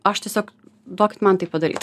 aš tiesiog duokit man tai padaryt